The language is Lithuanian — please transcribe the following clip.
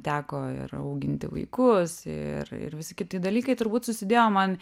teko ir auginti vaikus ir ir visi kiti dalykai turbūt susidėjo man